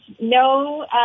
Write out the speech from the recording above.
no